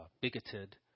bigoted